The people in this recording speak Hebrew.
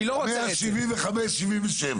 מי בעד הסתייגות 175 עד 177?